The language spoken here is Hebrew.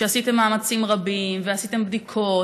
שעשיתם מאמצים רבים ועשיתם בדיקות,